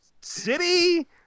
city